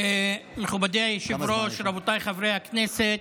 מכובדי היושב-ראש, רבותיי חברי הכנסת,